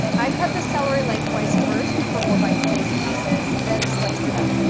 i cut the celery length-wise first for more bite-sized pieces, then slice it up.